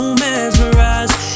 mesmerized